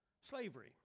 slavery